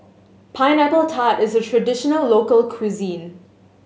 Pineapple Tart is a traditional local cuisine